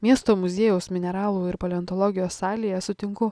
miesto muziejaus mineralų ir paleontologijos salėje sutinku